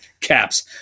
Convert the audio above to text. caps